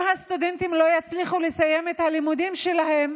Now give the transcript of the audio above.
אם הסטודנטים לא יצליחו לסיים את הלימודים שלהם